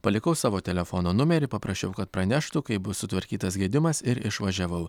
palikau savo telefono numerį paprašiau kad praneštų kaip bus sutvarkytas gedimas ir išvažiavau